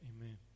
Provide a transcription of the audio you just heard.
Amen